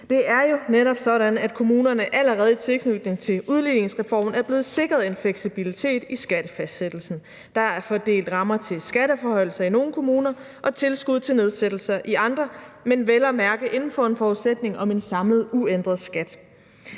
Det er netop sådan, at kommunerne allerede i tilknytning til udligningsreformen er blevet sikret en fleksibilitet i skattenedsættelsen. Der er fordelt rammer til skatteforhøjelser i nogle kommuner og tilskud til nedsættelser i andre kommuner, men vel at mærke med en forudsætning om en samlet uændret skat.